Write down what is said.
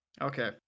Okay